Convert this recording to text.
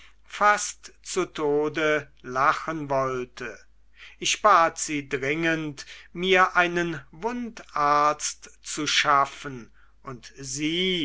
fast zu tode lachen wollte ich bat sie dringend mir einen wundarzt zu schaffen und sie